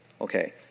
okay